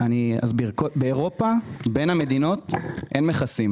בין המדינות באירופה אין מכסים.